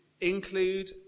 include